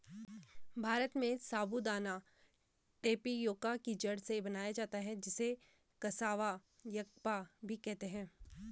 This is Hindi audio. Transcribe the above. भारत में साबूदाना टेपियोका की जड़ से बनाया जाता है जिसे कसावा यागप्पा भी कहते हैं